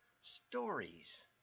stories